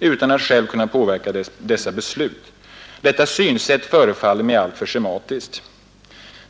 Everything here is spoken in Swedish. utan att själv kunna påverka dessa beslut. Detta synsätt förefaller mig alltför schematiskt.